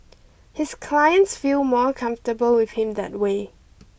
his clients feel more comfortable with him that way